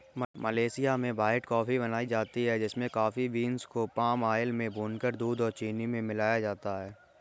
Malaysia में white coffee बनाई जाती है जिसमें कॉफी बींस को पाम आयल में भूनकर दूध और चीनी मिलाया जाता है